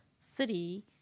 city